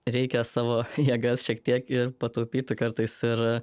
reikia savo jėgas šiek tiek ir pataupyti kartais ir